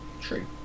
true